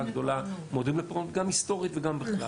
מועדים לפורענות, גם היסטורית וגם בכלל.